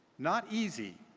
not easy,